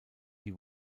die